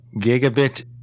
Gigabit